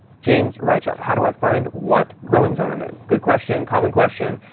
james reichhelt how do i find what growing zone i'm in? good question. common question.